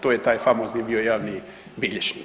To je taj famozni bio javni bilježnik.